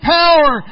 power